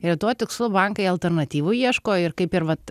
ir tuo tikslu bankai alternatyvų ieško ir kaip ir vat